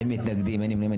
אין מתנגדים, אין נמנעים.